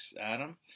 Adam